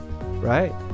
right